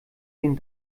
den